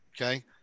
okay